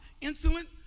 insolent